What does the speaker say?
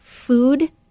Food